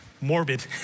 morbid